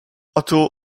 otto